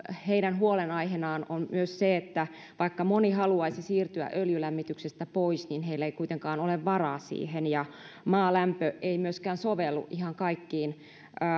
heidän huolenaiheenaan on myös se että vaikka moni haluaisi siirtyä öljylämmityksestä pois niin heillä ei kuitenkaan ole varaa siihen ja maalämpö ei myöskään sovellu ihan kaikkiin